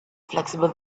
flexible